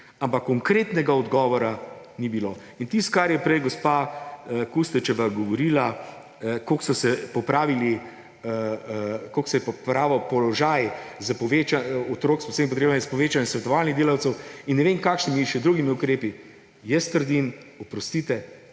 ampak konkretnega odgovora ni bilo. In tisto kar je prej gospa Kustec govorila, koliko so se popravili, koliko se je popravil položaj otrok s posebnimi potrebami, s povečanjem svetovalnih delavcev in ne vem kakšnimi še drugimi ukrepi – jaz trdim: oprostite,